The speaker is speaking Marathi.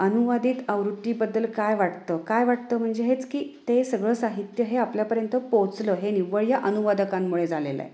अनुवादित अवृत्तीबद्दल काय वाटतं काय वाटतं म्हणजे हेच की ते सगळं साहित्य हे आपल्यापर्यंत पोचलं हे निव्वळ अनुवादकांमुळे झालेलं आहे